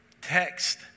text